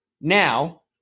Now